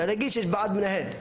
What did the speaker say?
אפשר להגיד שיש ועד מנהל.